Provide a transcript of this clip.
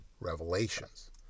Revelations